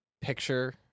picture